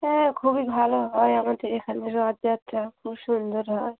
হ্যাঁ খুবই ভালো হয় আমাদের এখানে রথযাত্রা খুব সুন্দর হয়